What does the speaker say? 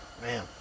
Man